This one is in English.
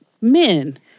men